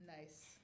nice